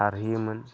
सारहैयोमोन